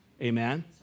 Amen